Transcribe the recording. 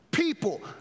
People